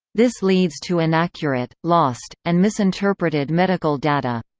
this leads to inaccurate, lost, and misinterpreted medical data.